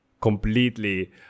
completely